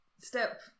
step